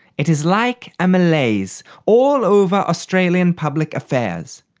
it is like a malaise all over australian public affairs.